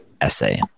essay